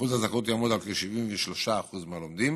אחוז הזכאות יעמוד על כ-73% מהלומדים,